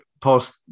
post